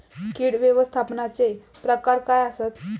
कीड व्यवस्थापनाचे प्रकार काय आसत?